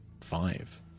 Five